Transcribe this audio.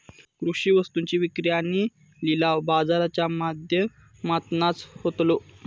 कृषि वस्तुंची विक्री आणि लिलाव बाजाराच्या माध्यमातनाच होतलो